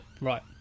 right